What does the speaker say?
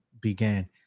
began